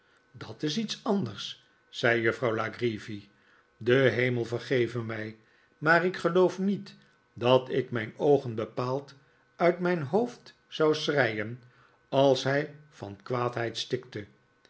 dat is iets anders zei juffrouw la creevy de hemel vergeve mij maar ik geloof niet dat ik mijn oogen bepaald uit mijn hoofd zou schreien als hij van kwaadheid stikte